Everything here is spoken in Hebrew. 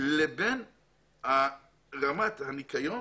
לבין רמת הניקיון